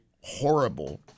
horrible